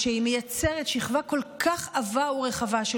כשהיא מייצרת שכבה כל כך עבה ורחבה של